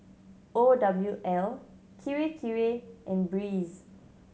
O W L Kirei Kirei and Breeze